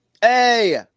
Hey